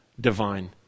divine